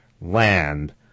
Land